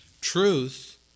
truth